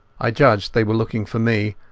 i judged they were looking for me,